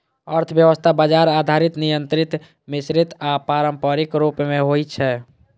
अर्थव्यवस्था बाजार आधारित, नियंत्रित, मिश्रित आ पारंपरिक रूप मे होइ छै